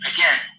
Again